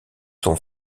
son